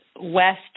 west